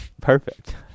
Perfect